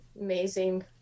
amazing